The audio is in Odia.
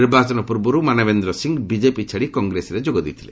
ନିର୍ବାଚନ ପୂର୍ବରୁ ମାନବେନ୍ଦ୍ର ସିଂ ବିଜେପି ଛାଡ଼ି କଂଗ୍ରେସରେ ଯୋଗ ଦେଇଥିଲେ